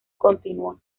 continuó